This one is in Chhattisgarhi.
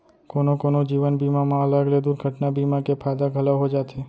कोनो कोनो जीवन बीमा म अलग ले दुरघटना बीमा के फायदा घलौ हो जाथे